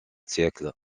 siècle